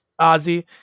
Ozzy